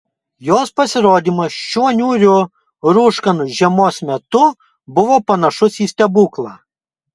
jos pasirodymas šiuo niūriu rūškanu žiemos metu buvo panašus į stebuklą